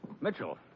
Mitchell